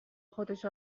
خودش